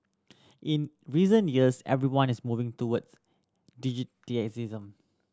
in recent years everyone is moving towards digitisation